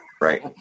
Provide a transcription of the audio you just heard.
Right